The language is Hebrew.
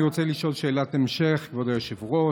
אני רוצה לשאול שאלת המשך, כבוד היושב-ראש.